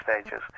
stages